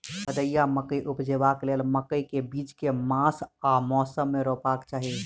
भदैया मकई उपजेबाक लेल मकई केँ बीज केँ मास आ मौसम मे रोपबाक चाहि?